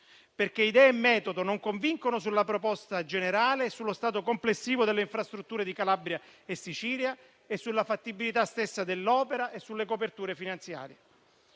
perché idee e metodo non convincono sulla proposta generale, sullo stato complessivo delle infrastrutture di Calabria e Sicilia, sulla fattibilità stessa dell'opera e sulle coperture finanziarie.